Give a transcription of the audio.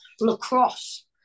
lacrosse